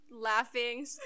laughing